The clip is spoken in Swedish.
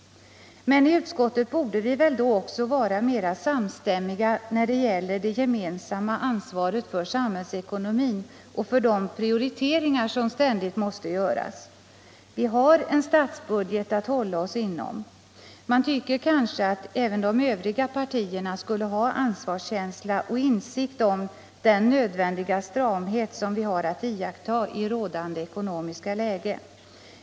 Men i utskottet borde vi väl då vara mer samstämmiga också när det gäller det gemensamma ansvaret för samhällsekonomin och för de prioriteringar som ständigt måste göras. Vi har en statsbudget att hålla oss inom. Man tycker kanske att även de övriga partierna borde ha ansvarskänsla och insikt om den nödvändiga stramhet som vi har att iaktta i rådande ekonomiska läge.